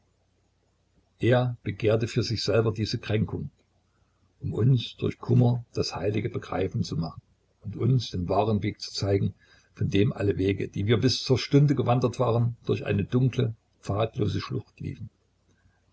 er begehrte für sich selber diese kränkung um uns durch kummer das heilige begreifen zu machen und uns den wahren weg zu zeigen vor dem alle wege die wir bis zur stunde gewandert waren durch eine dunkle pfadlose schlucht liefen